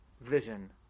vision